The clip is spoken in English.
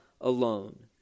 alone